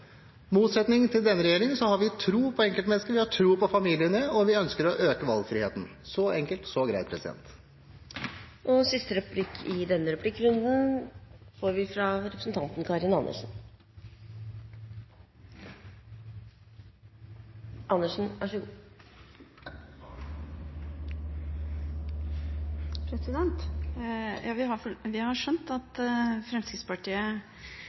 motsetning til dette har regjeringen tro på enkeltmennesket, den har tro på familiene, og den ønsker å øke valgfriheten. Så enkelt, så greit. Jeg har skjønt at Fremskrittspartiet